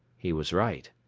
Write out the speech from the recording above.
he was right.